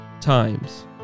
times